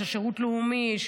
שירות לאומי,